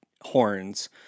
horns